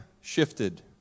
shifted